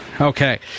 Okay